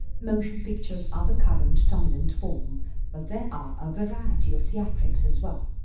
motion pictures are the current dominant form but there are a variety of theatrics as well.